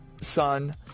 son